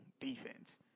defense